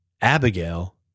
Abigail